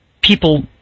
people